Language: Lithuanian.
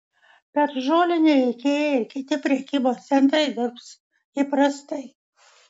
per žolinę ikea ir kiti prekybos centrai dirbs įprastai